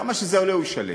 כמה שזה עולה, הוא ישלם.